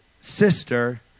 sister